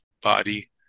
body